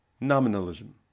Nominalism